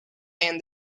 and